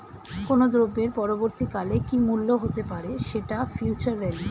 কোনো দ্রব্যের পরবর্তী কালে কি মূল্য হতে পারে, সেটা ফিউচার ভ্যালু